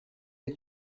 her